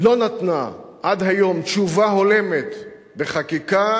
לא נתנה עד היום תשובה הולמת בחקיקה